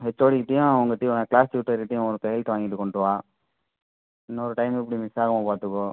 ஹெச்சோடிக்கிட்டையும் அவங்கள்ட்டையும் வர க்ளாஸ் டீச்சர்ட்டியும் ஒரு கையெழுத்து வாங்கிட்டு கொண்டு வா இன்னொரு டைம் இப்படி மிஸ் ஆகாமல் பார்த்துக்கோ